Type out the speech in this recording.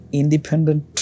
independent